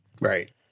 Right